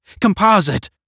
Composite